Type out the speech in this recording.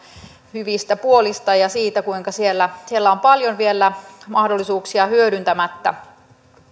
hyvistä puolista ja siitä kuinka siellä siellä on vielä paljon mahdollisuuksia hyödyntämättä